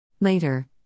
Later